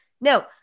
No